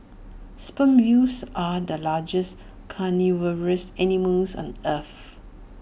sperm whales are the largest carnivorous animals on earth